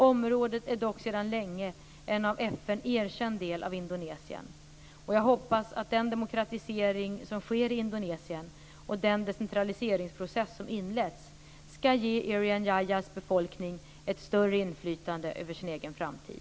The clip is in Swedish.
Området är dock sedan länge en av FN erkänd del av Indonesien. Jag hoppas att den demokratisering som sker i Indonesien och den decentraliseringsprocess som inletts skall ge Irian Jayas befolkning ett större inflytande över sin egen framtid.